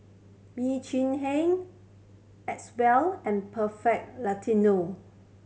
Bee Cheng Hiang Acwell and Perfect Latino